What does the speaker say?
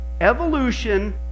Evolution